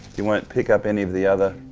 you won't pick up any of the other,